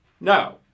No